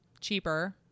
cheaper